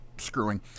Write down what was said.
Screwing